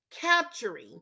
capturing